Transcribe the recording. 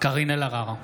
קארין אלהרר,